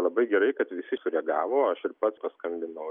labai gerai kad visi sureagavo aš ir pats paskambinau